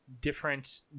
different